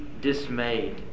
dismayed